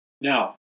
Now